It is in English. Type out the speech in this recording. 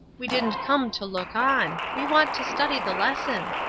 we didn't come to look on we want to study the lesson.